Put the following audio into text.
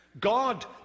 God